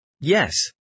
Yes